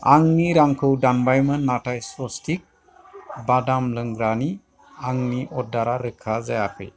आंनि रांखौ दानबायमोन नाथाय स्वस्तिक्स बादाम लोंग्रानि आंनि अर्डारा रोखा जायाखै